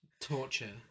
torture